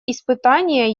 испытания